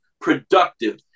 productive